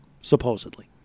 Supposedly